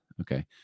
Okay